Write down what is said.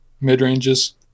mid-ranges